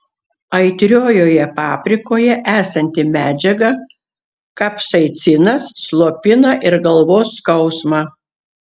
aitriojoje paprikoje esanti medžiaga kapsaicinas slopina ir galvos skausmą